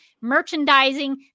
merchandising